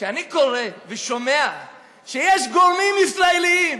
כשאני קורא ושומע שיש גורמים ישראליים,